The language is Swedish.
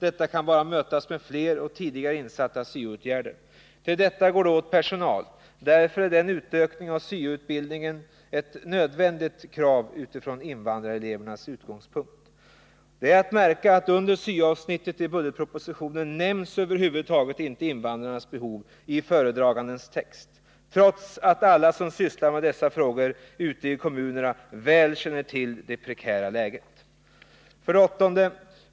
Detta kan bara mötas med fler och tidigare insatta SYO-åtgärder. Till detta går det åt personal. Därför är denna utökning av SYO-utbildningen ett nödvändigt krav utifrån invandrarelevernas utgångspunkt. Under SYO-avsnittet i budgetpropositionen nämns över huvud taget inte invandrarnas behov i föredragandens text, trots att alla som ute i kommunerna sysslar med dessa frågor väl känner till det prekära läget. 8.